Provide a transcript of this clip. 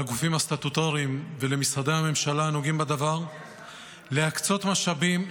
לגופים הסטטוטוריים ומשרדי הממשלה הנוגעים בדבר להקצות משאבים,